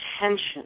Attention